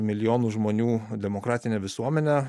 milijonų žmonių demokratinę visuomenę